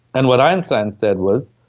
and what einstein said was.